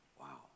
wow